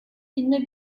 filme